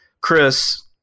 Chris